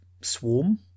Swarm